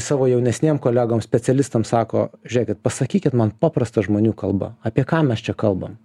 savo jaunesniem kolegom specialistam sako žiūrėkit pasakykit man paprasta žmonių kalba apie ką mes čia kalbam